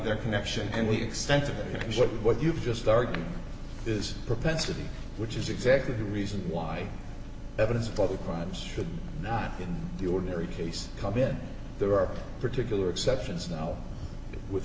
their connection and we extend to what you've just argued this propensity which is exactly the reason why evidence of other crimes should not in the ordinary case come in there are particular exceptions now with